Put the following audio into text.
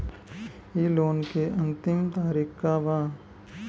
इ लोन के अन्तिम तारीख का बा?